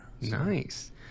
Nice